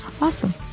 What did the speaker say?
awesome